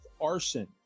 Arson